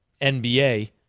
NBA